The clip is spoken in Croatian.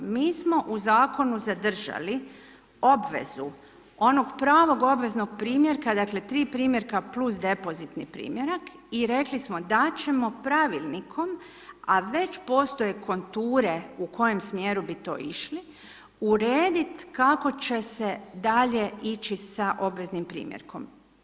Mi smo u Zakonu zadržali obvezu onog pravog obveznog primjerka, dakle 3 primjerka + depozitni primjerak i rekli smo da ćemo pravilnikom, a već postoje konture u kojem smjeru bi to išli, urediti kako će se dalje ići sa obveznim primjerkom.